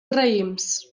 raïms